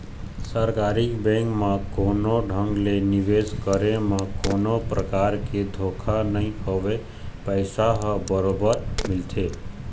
सरकारी बेंक म कोनो ढंग ले निवेश करे म कोनो परकार के धोखा नइ होवय पइसा ह बरोबर मिलथे